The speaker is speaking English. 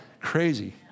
Crazy